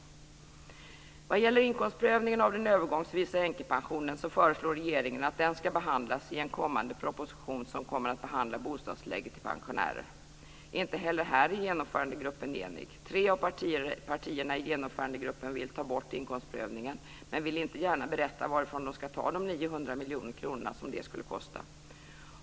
Regeringen föreslår att inkomstprövningen av den övergångsvisa änkepensionen ska behandlas i en kommande proposition som kommer att behandla bostadstillägget till pensionärer. Inte heller här är Genomförandegruppen enig. Tre av partierna i Genomförandegruppen vill ta bort inkomstprövningen men vill inte berätta varifrån de ska ta de 900 miljoner kronor som det skulle kosta.